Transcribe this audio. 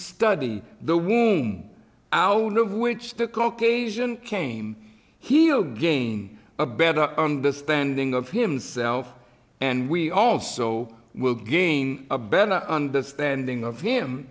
study the womb our own of which the caucasian came he'll game a better understanding of himself and we also will gain a better understanding of him